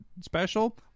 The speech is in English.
special